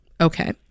Okay